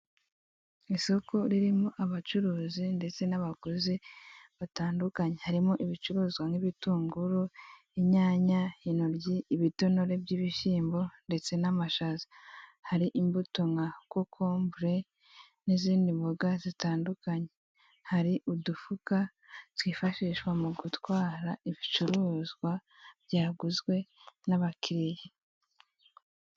Isoko ririmo abacuruzi ndetse n'abaguzi batandukanye harimo ibicuruzwa nk'ibitunguru, inyanya, intoryi, ibitonore by'ibishyimbo ndetse n'amashaza hari imbuto nka kokombure n'izindi mboga zitandukanye, hari udufuka twifashishwa mu gutwara ibicuruzwa byaguzwe n'abakiriya.